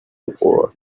before